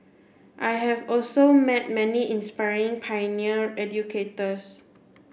I have also met many inspiring pioneer educators